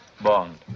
Bond